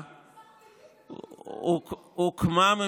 הוקמה --- אבל אתם מיניתם שר.